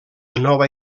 nova